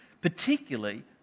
particularly